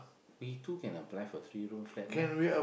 we two can apply for three room flat meh